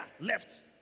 left